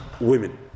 women